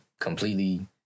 completely